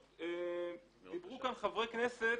דיברו כאן חברי כנסת